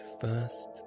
first